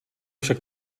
však